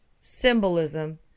symbolism